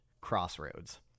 crossroads